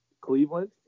Cleveland